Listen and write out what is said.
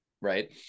right